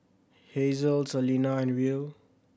Hazle Selina and Will